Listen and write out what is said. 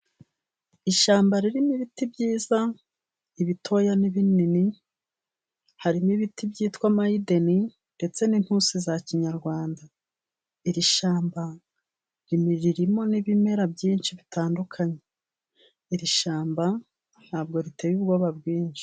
Ishyamba ririmo ibiti byiza, ibitoya n'ibinini harimo, ibiti byitwa maydeni, ndetse n'inintusi za kinyarwanda, iri shyamba ririmo n'ibimera byinshi bitandukanye, iri shyamba ntabwo riteye ubwoba bwinshi.